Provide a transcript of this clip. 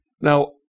Now